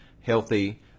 healthy